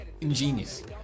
ingenious